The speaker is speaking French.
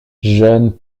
jeune